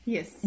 Yes